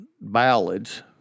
ballads